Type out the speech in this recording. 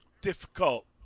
difficult